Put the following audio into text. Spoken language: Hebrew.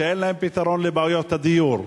שאין להם פתרון לבעיות הדיור,